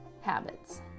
habits